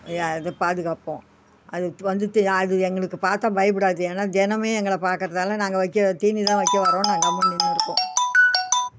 யா அது பாதுகாப்போம் அது வந்துட்டு அது எங்களுக்கு பார்த்தா பயப்படாது ஏன்னால் தினமே எங்களை பார்க்கறதால நாங்கள் வைக்கிற தீனி தான் வைக்க வரோம்னு கம்முனு நின்று இருக்கும்